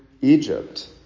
Egypt